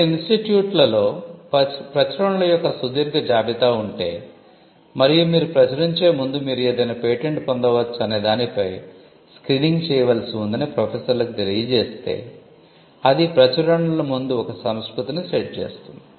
కొన్ని ఇన్స్టిట్యూట్లలో ప్రచురణల యొక్క సుదీర్ఘ జాబితా ఉంటే మరియు మీరు ప్రచురించే ముందు మీరు ఏదైనా పేటెంట్ పొందవచ్చా అనే దానిపై స్క్రీనింగ్ చేయవలసి ఉందని ప్రొఫెసర్లకు తెలియజేస్తే అది ప్రచురణలు ముందు ఒక సంస్కృతిని సెట్ చేస్తుంది